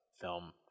film